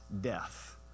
death